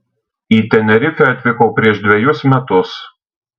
į tenerifę atvykau prieš dvejus metus